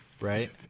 right